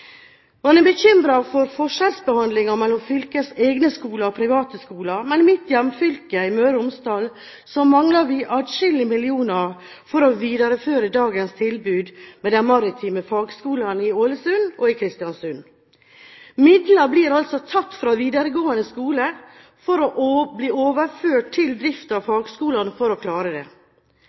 Man er bekymret for forskjellsbehandling mellom fylkets egne skoler og private skoler. Men i mitt hjemfylke, Møre og Romsdal, mangler vi atskillige millioner for å videreføre dagens tilbud med de maritime fagskolene i Ålesund og i Kristiansund. Midler blir altså tatt fra videregående skole for å bli overført til drift av fagskolene for å